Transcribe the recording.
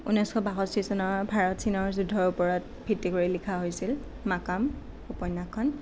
ঊনৈছশ বাষষ্ঠি চনৰ ভাৰত চীনৰ যুদ্ধৰ ওপৰত ভিত্তি কৰি লিখা হৈছিল মাকাম উপন্যাসখন